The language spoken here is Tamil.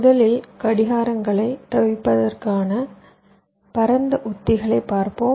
முதலில் கடிகாரங்களைத் தவிர்ப்பதற்கான பரந்த உத்திகளைப் பார்ப்போம்